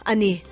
Ani